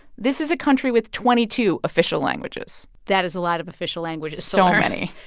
this is a country with twenty two official languages that is a lot of official languages so many.